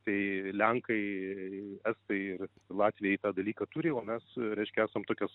tai lenkai estai ir latviai tą dalyką turi o mes reiškia esam tokios